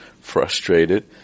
frustrated